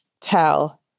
tell